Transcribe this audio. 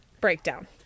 breakdown